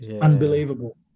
unbelievable